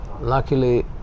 Luckily